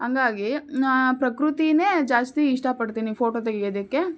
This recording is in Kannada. ಹಂಗಾಗಿ ಪ್ರಕೃತಿನೇ ಜಾಸ್ತಿ ಇಷ್ಟಪಡ್ತೀನಿ ಫೋಟೊ ತೆಗ್ಯೋದಕ್ಕೆ